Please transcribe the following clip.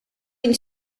une